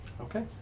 okay